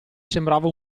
sembrava